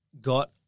got